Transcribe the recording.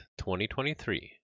2023